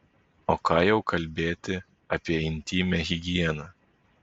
o ką jau kalbėti apie intymią higieną